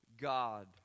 god